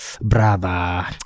Brother